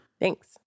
Thanks